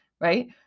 right